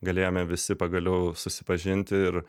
galėjome visi pagaliau susipažinti ir